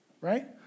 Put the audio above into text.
Right